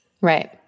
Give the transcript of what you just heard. Right